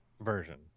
version